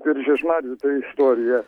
ir žiežmarių ta istorija